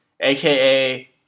aka